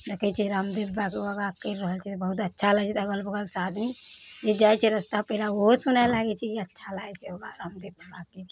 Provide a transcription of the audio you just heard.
देखै छियै रामदेव बाबाके योगा करि रहल छै तऽ बहुत अच्छा लगै छै तऽ अगल बगल से आदमी जे जाइ छै रस्ता पेरा ओहो सुनै लागै छै कि अच्छा लागै छै योगा रामदेब बाबाके